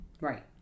Right